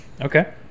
Okay